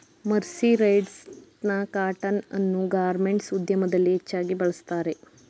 mercerised cotton ಅನ್ನು garments ಉದ್ಯಮದಲ್ಲಿ ಹೆಚ್ಚಾಗಿ ಬಳ್ಸತ್ತರೆ